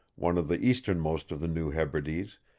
one of the easternmost of the new hebrides,